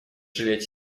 жалеть